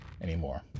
anymore